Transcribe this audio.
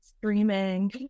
streaming